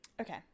Okay